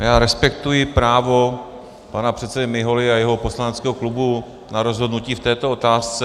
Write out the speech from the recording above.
Já respektuji právo pana předsedy Miholy a jeho poslaneckého klubu na rozhodnutí v této otázce.